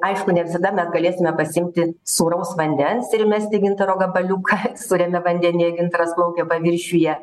aišku ne visada mes galėsime pasiimti sūraus vandens ir įmesti gintaro gabaliuką sūriame vandenyje gintaras plaukia paviršiuje